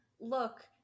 Look